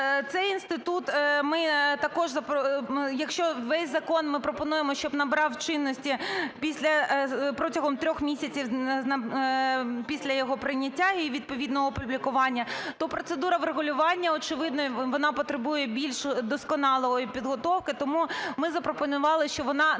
цей інститут ми також… якщо весь закон ми пропонуємо, щоб набрав чинності протягом 3 місяців після його прийняття і відповідного опублікування, то процедура врегулювання. Очевидно, вона потребує більш досконалої підготовки. Тому ми запропонували, що вона набуде